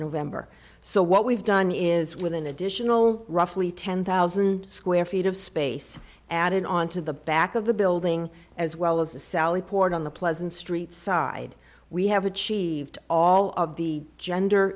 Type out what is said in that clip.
november so what we've done is with an additional roughly ten thousand square feet of space added on to the back of the building as well as the sally port on the pleasant street side we have achieved all of the gender